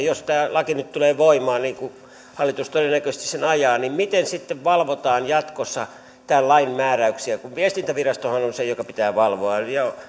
jos tämä laki nyt tulee voimaan niin kuin hallitus todennäköisesti sen ajaa niin miten sitten valvotaan jatkossa tämän lain määräyksiä kun viestintävirastohan on se jonka pitää valvoa